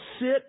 sit